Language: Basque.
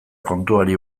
kontuari